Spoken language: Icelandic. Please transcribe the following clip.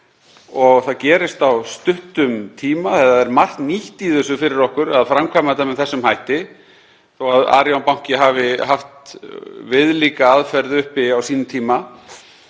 og það gerist á stuttum tíma, það er margt nýtt í því fyrir okkur að framkvæma þetta með þessum hætti þó að Arion banki hafi haft viðlíka aðferð uppi á sínum tíma.